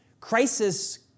Crisis